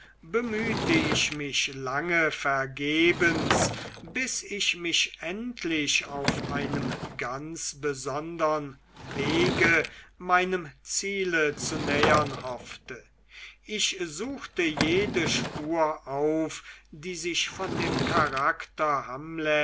bemühte ich mich lange vergebens bis ich mich endlich auf einem ganz besondern wege meinem ziele zu nähern hoffte ich suchte jede spur auf die sich von dem charakter